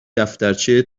دفترچه